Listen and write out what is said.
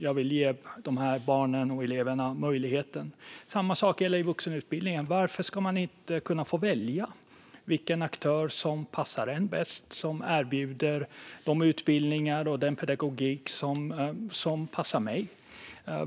Jag vill ge de barnen och eleverna den möjligheten, och samma sak gäller vuxenutbildningen. Varför ska man inte kunna få välja vilken aktör som passar en bäst och som erbjuder de utbildningar och den pedagogik som passar en?